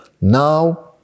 Now